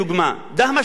דהמש לא נמצא,